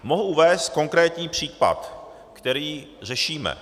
Mohu uvést konkrétní případ, který řešíme.